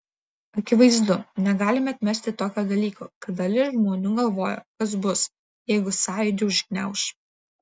akivaizdu negalime atmesti tokio dalyko kad dalis žmonių galvojo kas bus jeigu sąjūdį užgniauš